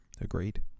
Agreed